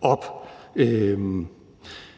op.